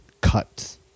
cuts